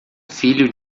filho